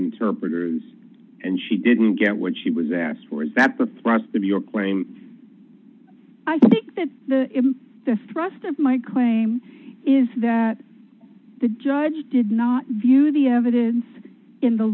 interpreters and she didn't get what she was asked for is that the thrust of your claim i think that the thrust of my claim is that the judge did not view the evidence in the